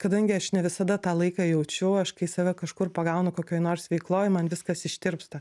kadangi aš ne visada tą laiką jaučiu aš kai save kažkur pagaunu kokioj nors veikloj man viskas ištirpsta